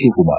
Shivakumar